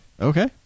Okay